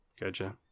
Gotcha